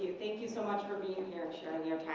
you. thank you so much for being here and sharing your time